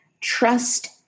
trust